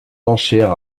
enchères